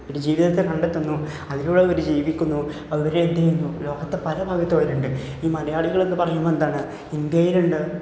ഒരു ജീവിതത്തെ കണ്ടെത്തുന്നു അതിലുള്ളവർ ജീവിക്കുന്നു അവരെ എന്ത് ചെയ്യുന്നു ലോകത്തെ പല ഭാഗത്തവരുണ്ട് ഈ മലയാളികളെന്ന് പറയുമ്പം എന്താണ് ഇന്ത്യയിലുണ്ട്